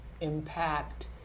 impact